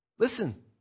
Listen